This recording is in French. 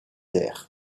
airs